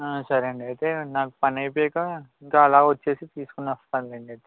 ఆ సరేండి ఐతే నాకు పనైపోయాక ఇంక అలావచ్చేసి తీసుకుని వస్తానులెండి ఐతే